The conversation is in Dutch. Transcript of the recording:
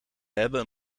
hebben